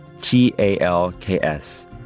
T-A-L-K-S